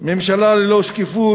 ממשלה ללא שקיפות.